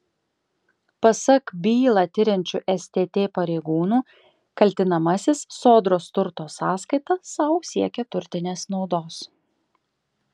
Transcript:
pasak bylą tiriančių stt pareigūnų kaltinamasis sodros turto sąskaita sau siekė turtinės naudos